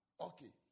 Okay